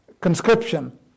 conscription